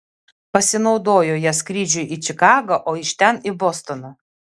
pasinaudojo ja skrydžiui į čikagą o iš ten į bostoną